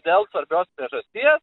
dėl svarbios priežasties